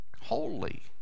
holy